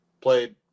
Played